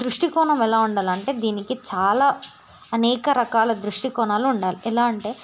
దృష్టి కోణం ఎలా ఉండాలంటే దీనికి చాలా అనేక రకాల దృష్టి కోణాలు ఉండాలి ఎలా అంటే